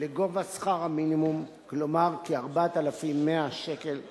לגובה שכר המינימום, כלומר, כ-4,100 שקל חדש,